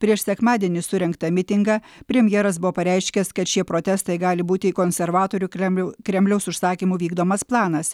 prieš sekmadienį surengtą mitingą premjeras buvo pareiškęs kad šie protestai gali būti konservatorių kremliau kremliaus užsakymu vykdomas planas